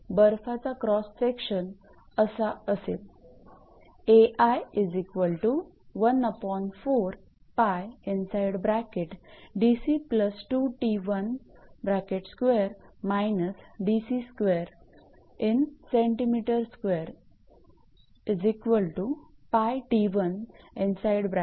म्हणून बर्फाचा cross section असा असेल 𝐴𝑖